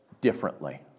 differently